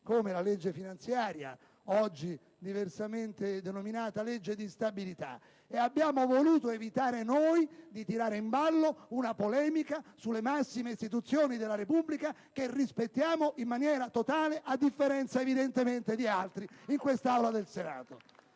come la legge finanziaria, oggi denominata legge di stabilità. Ed abbiamo voluto evitare, noi, di tirare in ballo una polemica sulle massime istituzioni della Repubblica, che rispettiamo in maniera totale, a differenza evidentemente di altri in quest'Aula del Senato.